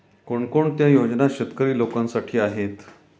कोणकोणत्या योजना शेतकरी लोकांसाठी आहेत?